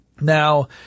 Now